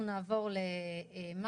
אנחנו נעבור לפרופ'